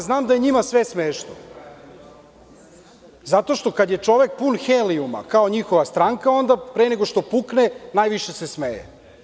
Znam da je njima sve smešno zato što kada je čovek pun helijuma kao njihova stranka onda pre nego što pukne najviše se smeje.